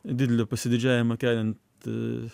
didelį pasididžiavimą kelianti